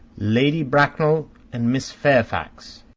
lady bracknell and miss fairfax.